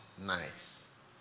nice